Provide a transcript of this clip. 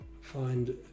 find